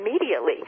immediately